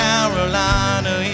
Carolina